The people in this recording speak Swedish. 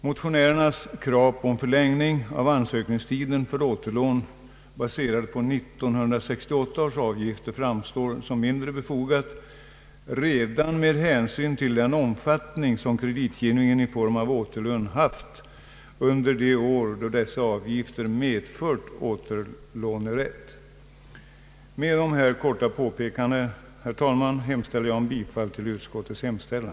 Motionärernas krav på en förlängning av ansökningstiden för återlån, baserade på 1968 års avgifter, framstår som mindre befogat redan med hänsyn till den omfattning som kreditgivningen i form av återlån haft under de år dessa avgifter medfört återlånerätt. Med dessa korta påpekanden ber jag, herr talman, att få yrka bifall till utskottets hemställan.